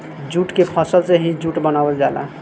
jute के फसल से ही जूट बनावल जाला